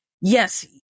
yes